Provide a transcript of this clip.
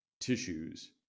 tissues